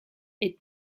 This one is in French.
est